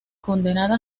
condenada